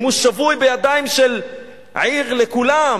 אם הוא שבוי בידיים של "עיר לכולם",